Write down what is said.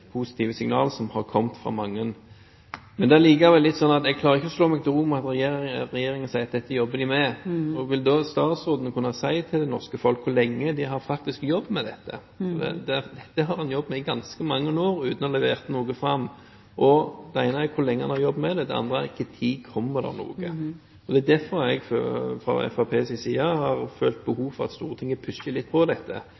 positive signalene som har kommet fra mange. Det er likevel slik at jeg klarer ikke å slå meg til ro med at regjeringen sier at dette jobber den med. Vil statsråden kunne si til det norske folk hvor lenge en faktisk har jobbet med dette? Dette har en jobbet med i ganske mange år uten å ha levert noe. Det ene er hvor lenge en har jobbet med det. Det andre er: Når kommer det noe? Det er derfor jeg fra Fremskrittspartiets side har